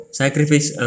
sacrifice